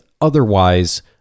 otherwise